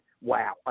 wow